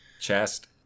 chest